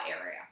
area